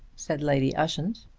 said lady ushant.